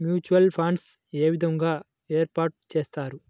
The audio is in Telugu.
మ్యూచువల్ ఫండ్స్ ఏ విధంగా ఏర్పాటు చేస్తారు?